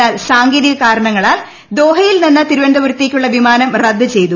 എന്നാൽ സാങ്കേതിക കാരണങ്ങളാൽ ദോഹയിൽ നിന്ന് തിരുവനന്തപുരത്തേയ്ക്കുള്ള വിമാനം റദ്ദ് ചെയ്തു